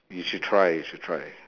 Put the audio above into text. you should try you should try